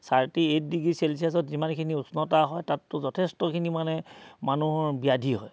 thirty eight degree চেলছিয়াছত যিমানখিনি উষ্ণতা হয় তাতটো যথেষ্টখিনি মানে মানুহৰ ব্যাধি হয়